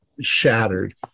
shattered